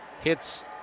hits